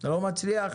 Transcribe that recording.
כל החברות,